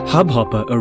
Hubhopper